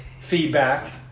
feedback